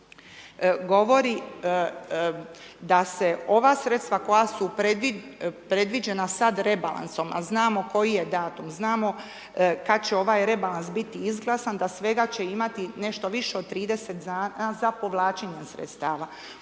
govori da se ova sredstva koja su predviđena sad rebalansom a znamo koji je datum, znamo kad će ovaj rebalans biti izglasan da svega će imati nešto više od 30 za povlačenje sredstava.